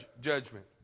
judgment